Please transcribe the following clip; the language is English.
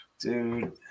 Dude